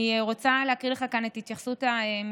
אני רוצה להקריא לך כאן את התייחסות המשרד,